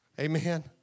Amen